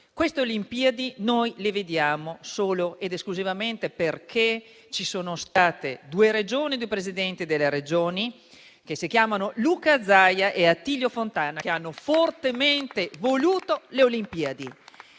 Queste Olimpiadi noi le vediamo solo ed esclusivamente perché ci sono state due Regioni e due presidenti di Regione, che si chiamano Luca Zaia e Attilio Fontana, che le hanno fortemente volute.